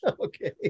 Okay